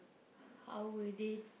how would they